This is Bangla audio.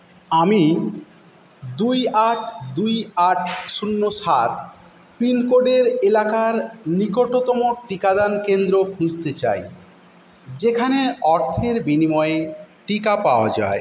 আমি দুই আট দুই আট শূন্য সাত পিনকোডের এলাকার নিকটতম টিকাদান কেন্দ্র খুঁজতে চাই যেখানে অর্থের বিনিময়ে টিকা পাওয়া যায়